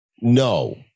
No